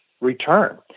return